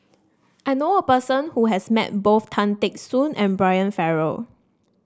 I knew a person who has met both Tan Teck Soon and Brian Farrell